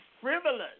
frivolous